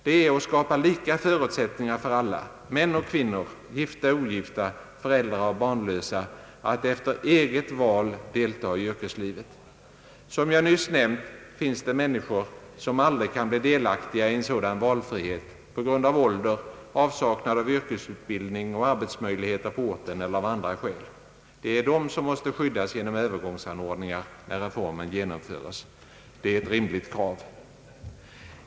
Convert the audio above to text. Det är att skapa lika förutsättningar för alla, män och kvinnor, gifta och ogifta, föräldrar och barnlösa, att efter eget val delta i yrkeslivet. Som jag nyss nämnt finns det människor som ändå aldrig kan bli delaktiga i en sådan valfrihet — på grund av ålder, avsaknad av yrkesutbildning och arbetsmöjligheter på orten eller av andra skäl. Det är de som måste skyddas genom övergångsanordningar, när reformen genomförs. Det är ett rimligt krav.